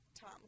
Tom